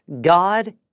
God